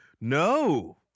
No